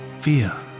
fear